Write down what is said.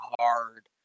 hard